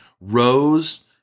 Rose